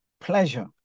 pleasure